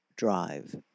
Drive